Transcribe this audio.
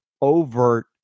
overt